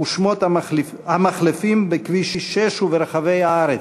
ושמות המחלפים בכביש 6 וברחבי הארץ.